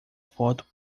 foto